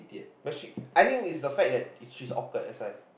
but she I think it's the fact that she's awkward that's why